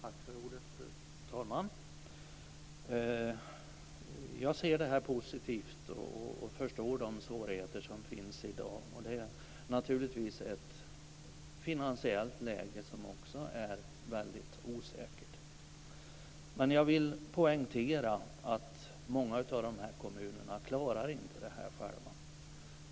Fru talman! Jag ser positivt på detta och förstår de svårigheter som finns i dag. Det är naturligtvis ett mycket osäkert finansiellt läge. Jag vill dock poängtera att många kommuner inte klarar situationen själva.